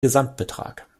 gesamtbetrag